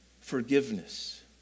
forgiveness